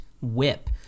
WHIP